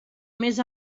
més